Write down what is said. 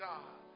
God